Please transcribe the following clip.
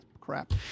Crap